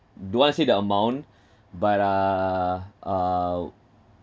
don't want to say the amount but uh uh